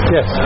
Yes